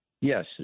Yes